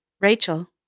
Rachel